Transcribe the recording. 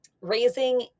Raising